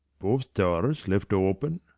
both doors left open?